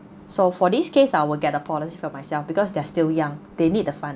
so for this case I will get a policy for myself because they're still young they need the fund